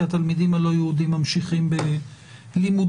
כי התלמידים הלא יהודים ממשיכים בלימודיהם,